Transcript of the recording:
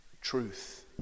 truth